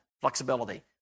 flexibility